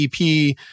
EP